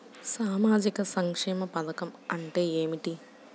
సామాజిక సంక్షేమ పథకం అంటే ఏమిటి?